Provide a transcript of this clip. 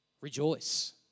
rejoice